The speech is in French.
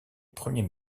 premier